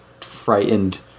frightened